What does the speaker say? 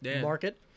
Market